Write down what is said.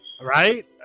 right